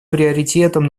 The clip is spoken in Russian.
приоритетом